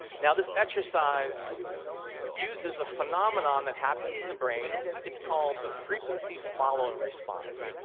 now, this exercise uses a phenomenon that happens in the brain it's called the frequency-following response.